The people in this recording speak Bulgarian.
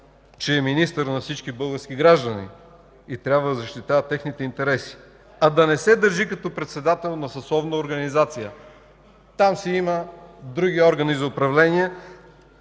че е министър на всички български граждани и трябва да защитава техните интереси, а да не се държи като председател на съсловна организация. Там си има други органи за управление.